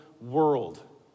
world